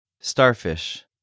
Starfish